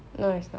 no it's not